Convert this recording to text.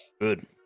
Good